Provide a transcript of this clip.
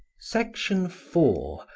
section four.